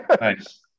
nice